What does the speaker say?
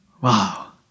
Wow